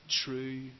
true